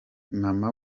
mama